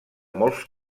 molts